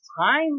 time